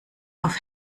auf